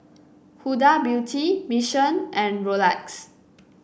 Huda Beauty Mission and Rolex